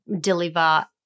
deliver